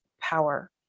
power